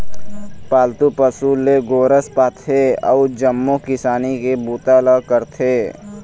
पालतू पशु ले गोरस पाथे अउ जम्मो किसानी के बूता ल करथे